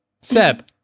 Seb